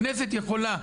הכנסת יכולה,